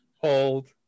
hold